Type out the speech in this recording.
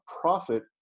profit